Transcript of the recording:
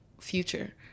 future